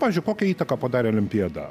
pavyzdžiui kokią įtaką padarė olimpiada